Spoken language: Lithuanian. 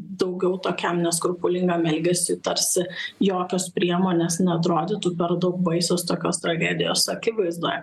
daugiau tokiam neskrupulingam elgesiui tarsi jokios priemonės neatrodytų per daug baisios tokios tragedijos akivaizdoje